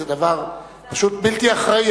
זה דבר בלתי אחראי,